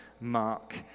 mark